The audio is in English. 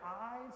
eyes